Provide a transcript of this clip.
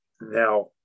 Now